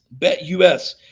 BetUS